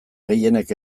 gehienek